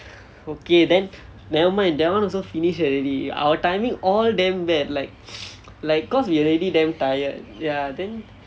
okay nevermind that one also finish already our timing all damn bad like like cause we already damn tired ya then